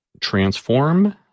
transform